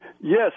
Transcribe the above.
Yes